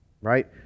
Right